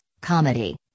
comedy